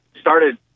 started